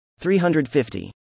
350